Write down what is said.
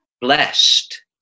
blessed